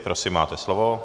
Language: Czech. Prosím, máte slovo.